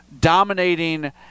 dominating